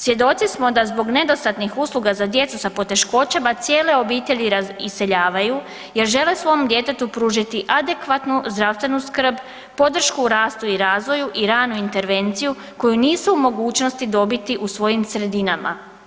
Svjedoci smo da zbog nedostatnih usluga za djecu sa poteškoćama cijele obitelji iseljavaju jer žele svojom djetetu pružiti adekvatnu zdravstvenu skrb, podršku u rastu i razvoju i ranu intervenciju koju nisu u mogućnosti dobiti u svojim sredinama.